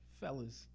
fellas